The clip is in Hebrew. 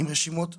עם רשימות סגורות,